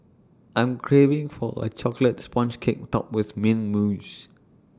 I'm craving for A Chocolate Sponge Cake Topped with Mint Mousse